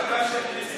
בבקשה.